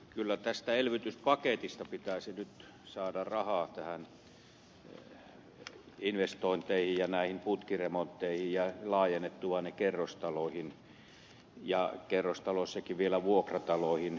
kyllä tästä elvytyspaketista pitäisi nyt saada rahaa näihin investointeihin ja putkiremontteihin ja saada laajennettua ne kerrostaloihin ja kerrostaloissakin vielä vuokrataloihin